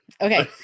Okay